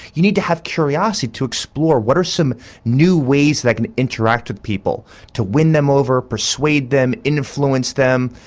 you need to have curiosity to explore what are some new ways that i can interact with people, to win them over, persuade them, influence them,